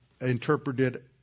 interpreted